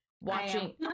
watching